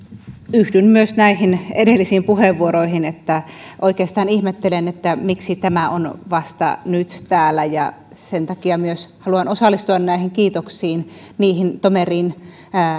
yhdyn myös näihin edellisiin puheenvuoroihin siinä että oikeastaan ihmettelen miksi tämä on vasta nyt täällä sen takia myös haluan osallistua näihin kiitoksiin niihin tomeriin